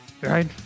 Right